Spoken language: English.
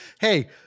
Hey